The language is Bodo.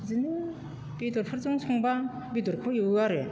बिदिनो बेदरफोरजों संब्ला बेरदखौ एवो आरो